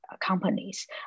companies